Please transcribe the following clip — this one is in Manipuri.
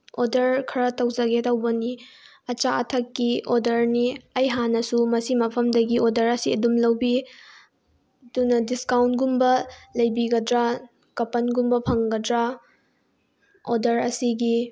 ꯑꯣꯔꯗꯔ ꯈꯔ ꯇꯧꯖꯒꯦ ꯇꯧꯕꯅꯤ ꯑꯆꯥ ꯑꯊꯛꯀꯤ ꯑꯣꯔꯗꯔꯅꯤ ꯑꯩ ꯍꯥꯟꯅꯁꯨ ꯃꯁꯤ ꯃꯐꯝꯗꯒꯤ ꯑꯣꯔꯗꯔ ꯑꯁꯤ ꯑꯗꯨꯝ ꯂꯧꯕꯤ ꯑꯗꯨꯅ ꯗꯤꯁꯀꯥꯎꯟꯒꯨꯝꯕ ꯂꯩꯕꯤꯒꯗ꯭ꯔꯥ ꯀꯄꯟꯒꯨꯝꯕ ꯐꯪꯒꯗ꯭ꯔꯥ ꯑꯣꯔꯗꯔ ꯑꯁꯤꯒꯤ